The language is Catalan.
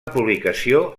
publicació